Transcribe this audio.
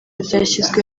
ryashyizwe